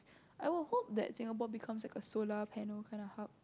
I will hope that Singapore becomes like a solar panel canned hub